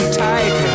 tight